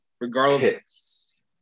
regardless